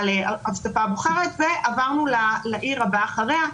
לאספה הבוחרת ועברנו לעיר הבאה אחריה.